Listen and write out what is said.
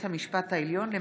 התשפ"ב 2021,